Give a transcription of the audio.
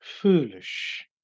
foolish